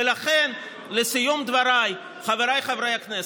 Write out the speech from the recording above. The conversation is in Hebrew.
ולכן, לסיום דבריי, חבריי חברי הכנסת,